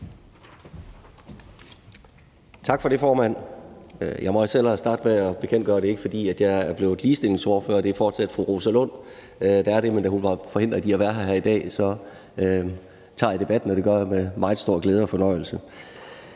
Tak for det, formand. Jeg må også hellere starte med at bekendtgøre, at jeg ikke er blevet ligestillingsordfører. Det er fortsat fru Rosa Lund, der er det, men da hun var forhindret i at være her i dag, tager jeg debatten, og det gør jeg med meget stor glæde og fornøjelse.